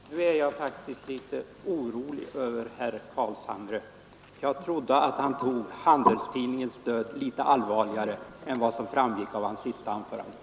Fru talman! Nu är jag faktiskt litet orolig för herr Carlshamre. Jag trodde att han tog Handelstidningens död litet allvarligare än vad som framgick av hans senaste anförande.